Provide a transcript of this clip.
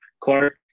Clark